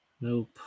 Nope